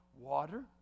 water